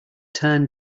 turn